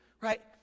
right